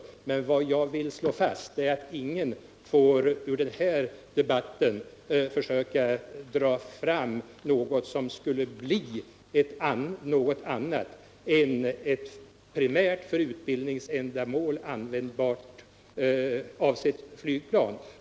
Men vad jag vill slå fast är att ingen får ur vad vi skrivit och sagt försöka dra fram något som inte skulle leda till ett primärt för utbildningsändamål avsett flygplan.